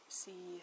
see